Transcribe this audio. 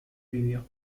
video